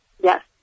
Yes